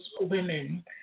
women